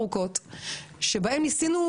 שבה ניסינו